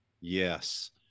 yes